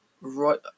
right